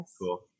Cool